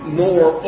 more